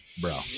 Bro